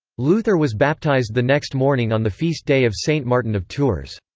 luther was baptized the next morning on the feast day of st. martin of tours.